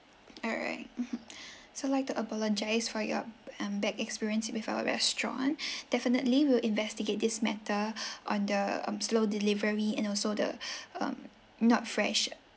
alright mmhmm so I'd like to apologise for your um bad experience with our restaurant definitely we'll investigate this matter on the um slow delivery and also the um not fresh